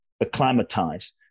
acclimatize